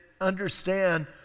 understand